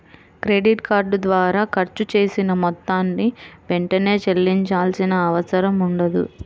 credit card ద్వారా ఖర్చు చేసిన మొత్తాన్ని వెంటనే చెల్లించాల్సిన అవసరం ఉండదు